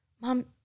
mom